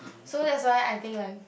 so that's why I think like